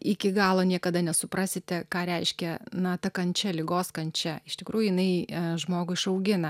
iki galo niekada nesuprasite ką reiškia na ta kančia ligos kančia iš tikrųjų jinai e žmogų išaugina